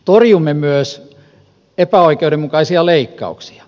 torjumme myös epäoikeudenmukaisia leikkauksia